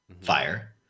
fire